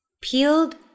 peeled